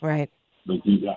Right